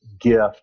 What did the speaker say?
gift